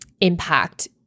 impact